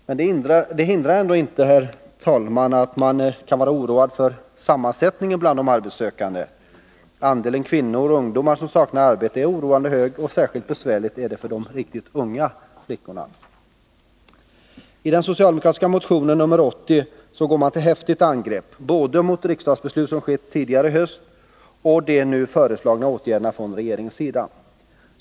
Men det hindrar ändå inte, herr talman, att man kan vara oroad över sammansättningen av de arbetssökande. Antalet kvinnor och ungdomar som saknar arbete är oroande högt, och särskilt besvärligt är det för de riktigt unga flickorna. I den socialdemokratiska motionen nr 80 går man till häftigt angrepp både mot det riksdagsbeslut som fattades tidigare i höst och mot de från regeringens sida nu föreslagna åtgärderna.